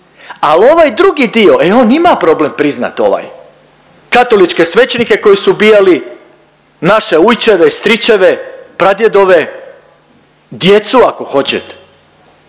Ali ovaj drugi dio, e on ima problem priznat ovaj. Katoličke svećenike koji su ubijali naše ujčeve, stričeve, pradjedove, djecu ako hoćete.